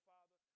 Father